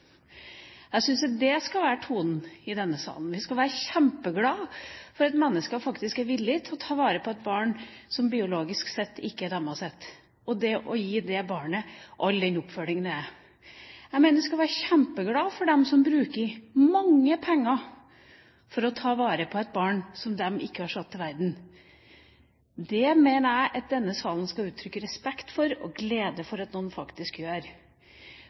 Jeg syns at det skal være tonen i denne salen. Vi skal være kjempeglade for at mennesker faktisk er villige til å ta vare på et barn som biologisk sett ikke er deres, og til å gi det barnet all den oppfølging som trengs. Jeg mener at vi skal være kjempeglade for dem som bruker mange penger for å ta vare på et barn som de ikke har satt til verden. Det mener jeg at denne salen skal uttrykke respekt for og glede over at noen faktisk gjør.